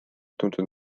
tuntud